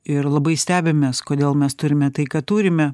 ir labai stebimės kodėl mes turime tai ką turime